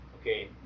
Okay